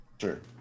Sure